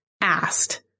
asked